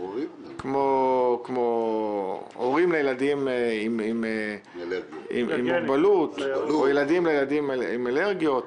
כמו הורים לילדים עם מוגבלות או עם אלרגיות.